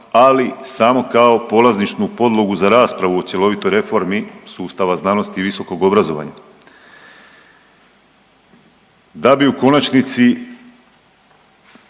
ali samo kao polazišnu podlogu za raspravu u cjelovitoj reformi sustava znanosti i visokog obrazovanja, da bi u konačnici